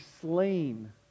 slain